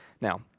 Now